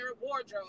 wardrobe